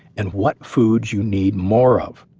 and what foods you need more of.